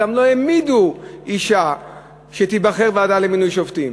גם לא העמידו אישה שתיבחר לוועדה למינוי שופטים.